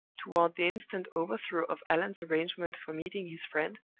toward the instant overthrow of allan's arrangement for meeting his friend,